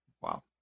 Wow